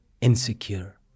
insecure